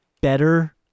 better